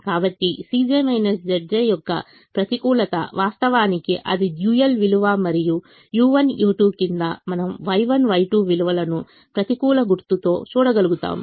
కాబట్టి Cj Zj యొక్క ప్రతికూలత వాస్తవానికి అది డ్యూయల్ విలువ మరియు u1 u2 కింద మనము Y1 Y2 విలువను ప్రతికూల గుర్తుతో చూడగలుగుతాము